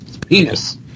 Penis